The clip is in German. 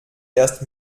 erst